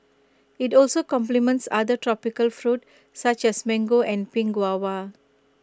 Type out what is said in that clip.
IT also complements other tropical fruit such as mango and pink guava